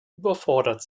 überfordert